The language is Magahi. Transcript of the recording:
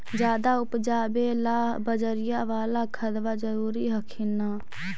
ज्यादा उपजाबे ला बजरिया बाला खदबा जरूरी हखिन न?